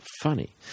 funny